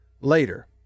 later